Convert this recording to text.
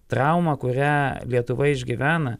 trauma kurią lietuva išgyvena